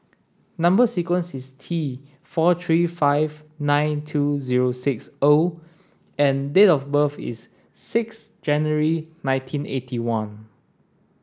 number sequence is T four three five nine two zero six O and date of birth is six January nineteen eighty one